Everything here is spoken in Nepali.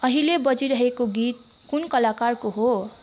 अहिले बजिरहेको गीत कुन कलाकारको हो